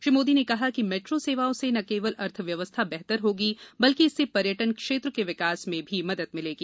श्री मोदी ने कहा कि मेट्रो सेवाओं से न केवल अर्थव्यवस्था की बेहतर होगी बल्कि इससे पर्यटन क्षेत्र के विकास में भी मदद मिलेगी